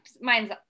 mine's